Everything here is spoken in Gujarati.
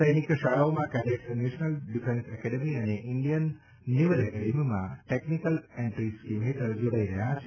સૈનિકશાળાઓના કેડેટ્સ નેશનલ ડીફેન્સ એકેડેમી અને ઇન્ડિયન નેવલ એકેડેમીમાં ટેકનિકલ એન્ટ્રી સ્કીમ હેઠળ જોડાઇ રહ્યા છે